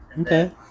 Okay